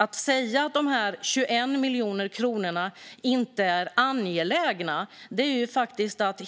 Att säga att dessa 21 miljoner kronor inte är angelägna är faktiskt att